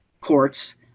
courts